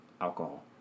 alcohol